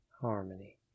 harmony